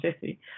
City